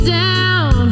down